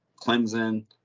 Clemson